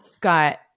got